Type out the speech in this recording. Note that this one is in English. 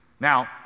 Now